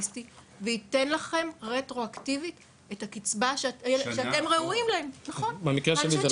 הפסיקה שהייתה לאחרונה כנראה כולם מכירים אותה ב-18 במאי 2021,